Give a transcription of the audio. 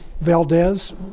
Valdez